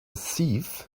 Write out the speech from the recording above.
thief